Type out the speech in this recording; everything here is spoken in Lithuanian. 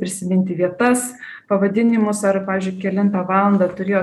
prisiminti vietas pavadinimus ar pavyzdžiui kelintą valandą turėjo